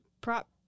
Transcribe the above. prop